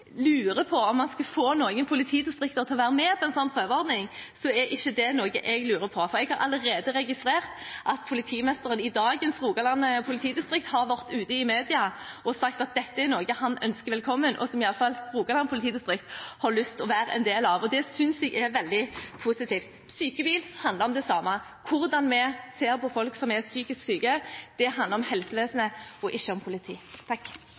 lurer på om han vil få noen politidistrikter til å være med i en slik prøveordning, så er ikke det noe jeg lurer på, for jeg har allerede registrert at politimesteren i dagens Rogaland politidistrikt har vært ute i media og sagt at dette er noe han ønsker velkommen, og som i alle fall Rogaland politidistrikt har lyst til å være en del av. Det synes jeg er veldig positivt. «Psykebil» handler om det samme – hvordan vi ser på folk som er psykisk syke – det handler om helsevesenet og ikke om